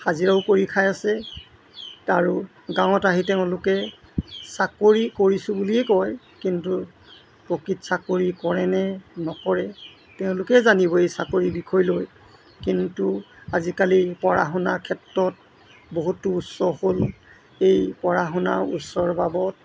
হাজিৰাও কৰি খাই আছে তাৰো গাঁৱত আহি তেওঁলোকে চাকৰি কৰিছোঁ বুলিয়েই কয় কিন্তু প্ৰকৃত চাকৰি কৰেনে নকৰে তেওঁলোকেই জানিব এই চাকৰিৰ বিষয় লৈ কিন্তু আজিকালি পঢ়া শুনাৰ ক্ষেত্ৰত বহুতো উচ্চ হ'ল এই পঢ়া শুনা উচ্চৰ বাবত